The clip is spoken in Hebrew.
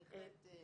בהחלט.